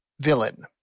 villain